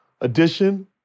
addition